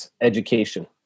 Education